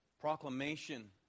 proclamation